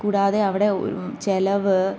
കൂടാതെ അവിടെ ചെലവ്